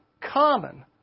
common